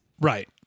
Right